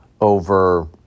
over